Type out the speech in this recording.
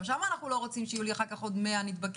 גם שם אנחנו לא רוצים שיהיו עוד 100 נדבקים.